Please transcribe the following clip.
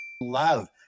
love